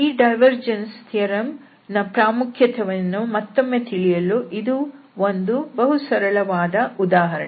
ಈ divergence theorem ನ ಪ್ರಾಮುಖ್ಯತೆಯನ್ನು ಮತ್ತೊಮ್ಮೆ ತಿಳಿಯಲು ಇದು ಒಂದು ಬಹುಸರಳವಾದ ಉದಾಹರಣೆ